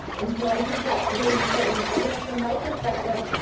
and so i think that's really important i guess from my perspective,